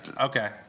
Okay